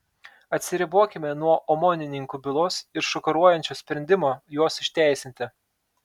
atsiribokime nuo omonininkų bylos ir šokiruojančio sprendimo juos išteisinti